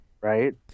Right